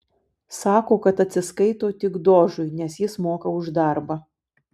sako kad atsiskaito tik dožui nes jis moka už darbą